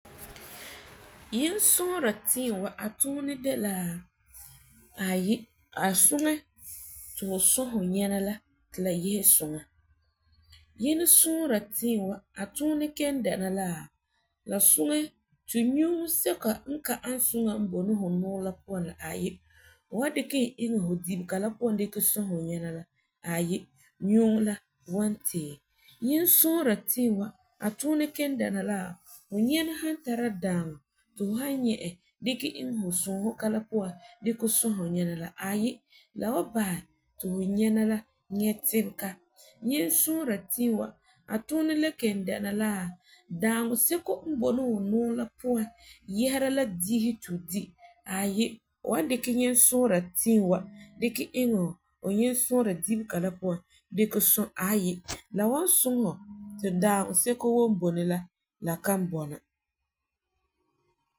Nyɛnsuusega tiim wa a tuunɛ de la ayi,a suŋɛ ti fu suɔ fu nyɛna la ti la yese suŋa, nyɛnsuura tiim wa a tuunɛ kelum dɛna la, la suŋɛ ti nyuuŋo sɛka n ka ani suŋa n boi ni fu nuurɛ la puan la ayi, fu wan dikɛ e iŋɛ fu dibega puan la dikɛ suɔ fu nyɛna la ayi, nyuuŋo la wan tee. Nyɛnsuura tiim wa a tuunɛ kelum dɛna la fu nyɛna san tara dãaŋɔ ti fu san nyɛ e dikɛ iŋɛ tu suusega la puan dikɛ suɔ fu nyɛna la ayi la wan basɛ ti fu nyɛna la nyɛ tibega. Nyɛnsuura tiim wa,a tuunɛ le kelum dɛna la dãaŋɔ seko n boi ni fu nuurɛ la puan yesera la diisi puan ti fu di ayi, fu wan dikɛ nyɛnsuura tiim wa dikɛ iŋɛ fu iŋɛ fu nyɛnsuura dibega la puan sɔɛ ayi, la wan suŋɛ ti fu ti dãaŋɔ seko woo n boi ni la, la kan bɔna.